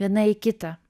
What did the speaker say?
viena į kitą